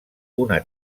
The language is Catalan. una